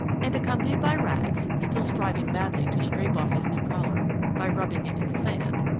and accompanied by rags, still striving madly to scrape off his new collar by rubbing it in the sand,